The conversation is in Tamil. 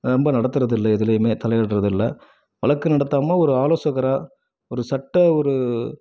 ரொம்ப நடத்துறதில்லை எதுலேயுமே தலையிடுகிறது இல்லை வழக்கு நடத்தாமல் ஒரு ஆலோசகராக ஒரு சட்ட ஒரு